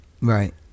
Right